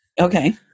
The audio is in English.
Okay